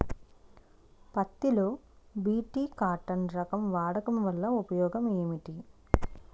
పత్తి లో BT cotton రకం వాడకం వల్ల ఉపయోగం ఏమిటి?